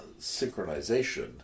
synchronization